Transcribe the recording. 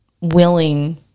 willing